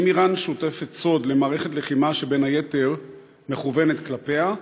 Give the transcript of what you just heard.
3. האם איראן שותפת סוד למערכת לחימה שבין היתר מכוונת כלפיה?